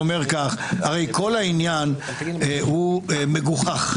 הרי כל העניין מגוחך.